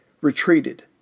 retreated